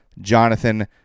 Jonathan